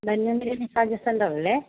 Dhanvantari massage സെൻ്റെറല്ലേ